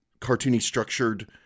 cartoony-structured